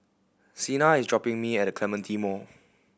Cena is dropping me at The Clementi Mall